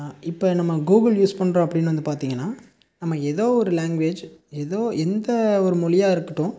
இப்போ நம்ம Google use பண்ணுறோம் அப்படின்னு வந்து பார்த்தீங்கனா நம்ம எதோவொரு லேங்குவேஜ் எதோ எந்தவொரு மொழியாக இருக்கட்டும்